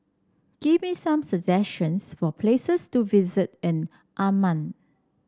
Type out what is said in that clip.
give me some suggestions for places to visit in Amman